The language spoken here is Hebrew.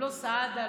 לא סעדה,